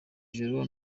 joro